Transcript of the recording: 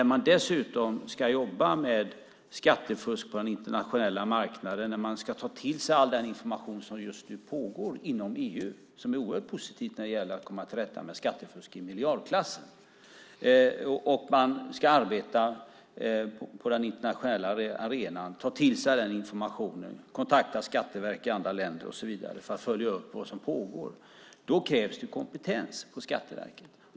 Dessutom ska Skatteverket jobba med skattefusk på den internationella marknaden och ta till sig all den information som finns inom EU, vilket är oerhört positivt när det gäller att komma till rätta med skattefusk i miljardklassen. Man ska alltså arbeta på den internationella arenan, ta till sig den informationen, kontakta skatteverk i andra länder och så vidare för att följa upp vad som pågår. Detta kräver kompetens hos Skatteverket.